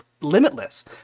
limitless